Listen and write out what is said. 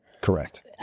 Correct